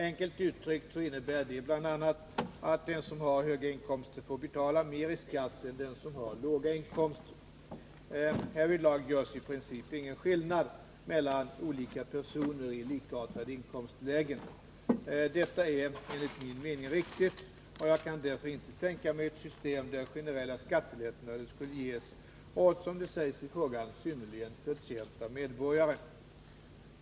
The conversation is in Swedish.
Enkelt uttryckt innebär detta bl.a. att den som har höga inkomster får betala mer i skatt än den som har låga inkomster. Härvidlag görs i princip ingen skillnad mellan olika personer i likartade inkomstlägen. Detta är enligt min mening riktigt, och jag kan därför inte tänka mig ett system där generella skattelättnader skulle ges åt, som det sägs i frågan, ”synnerligen förtjänta medborgare”.